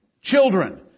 Children